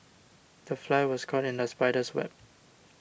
the fly was caught in the spider's web